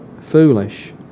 foolish